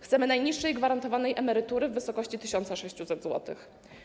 Chcemy najniższej gwarantowanej emerytury w wysokości 1600 zł.